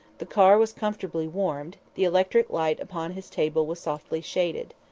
the car was comfortably warmed, the electric light upon his table was softly shaded.